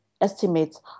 estimates